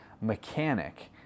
mechanic